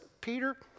Peter